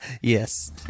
yes